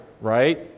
right